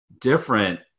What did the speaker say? different